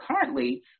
currently